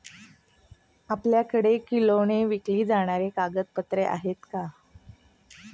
आपल्याकडे किलोने विकली जाणारी कागदपत्रे आहेत का?